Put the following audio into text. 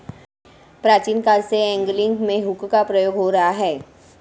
प्राचीन काल से एंगलिंग में हुक का प्रयोग हो रहा है